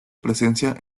presencia